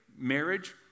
marriage